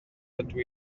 dydw